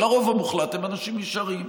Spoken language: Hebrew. אבל הרוב המוחלט הם אנשים ישרים,